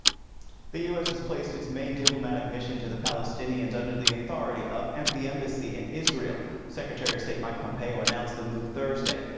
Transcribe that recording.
the us has placed its main diplomatic mission to the palestinians under the authority of and the embassy in israel secretary of state mike pompeo announced the move thursday.